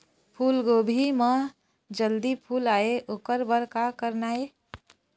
फूलगोभी म जल्दी फूल आय ओकर बर का करना ये?